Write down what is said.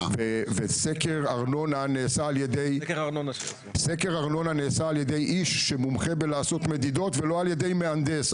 וסקר ארנונה נעשה על ידי איש שמומחה בלעשות מדידות ולא על ידי מהנדס.